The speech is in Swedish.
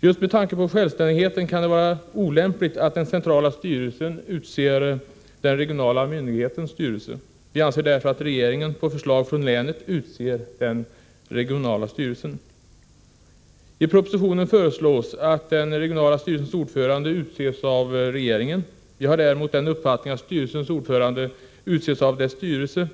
Just med tanke på självständigheten kan det vara olämpligt att den centrala styrelsen utser den regionala myndighetens styrelse. Vi anser därför att regeringen efter förslag från länet bör utse den regionala styrelsen. I propositionen föreslås att den regionala styrelsens ordförande skall utses av regeringen. Vi har däremot den uppfattningen att styrelsens ordförande skall utses av dess styrelse.